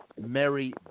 Mary